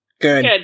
Good